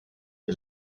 est